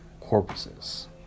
corpses